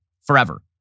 forever